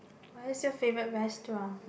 what is your favourite restaurant